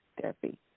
therapy